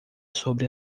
sobre